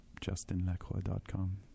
justinlacroix.com